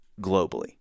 globally